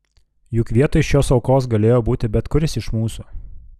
juk vietoj šios aukos galėjo būti bet kuris iš mūsų